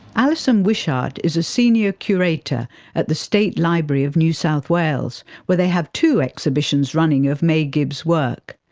alison wishart is a senior curator at the state library of new south wales where they have two exhibitions running of may gibbs' work.